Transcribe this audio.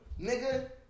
Nigga